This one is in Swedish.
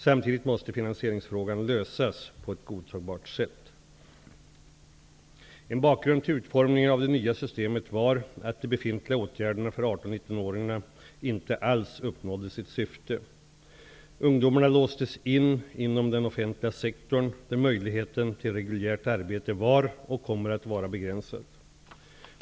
Samtidigt måste finansieringsfrågan lösas på ett godtagbart sätt. En bakgrund till utformningen av det nya systemet var att de befintliga åtgärderna för 18--19-åringarna inte alls uppnådde sitt syfte. Ungdomarna låstes in inom den offentliga sektorn, där möjligheten till reguljärt arbete var och kommer att vara begränsad.